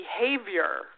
behavior